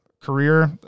career